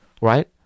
Right